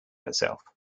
herself